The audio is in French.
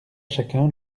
chacun